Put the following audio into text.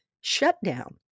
shutdown